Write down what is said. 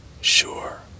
sure